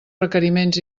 requeriments